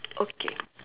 okay